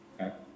okay